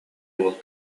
уол